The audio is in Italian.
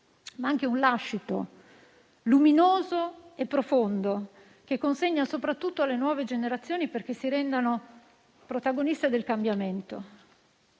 ma anche un lascito luminoso e profondo che consegna soprattutto alle nuove generazioni perché si rendano protagoniste del cambiamento.